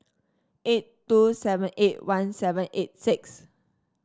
eight two seven eight one seven eight six